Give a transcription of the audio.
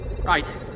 Right